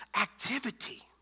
activity